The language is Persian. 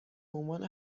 عنوان